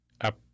up